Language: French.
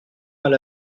mal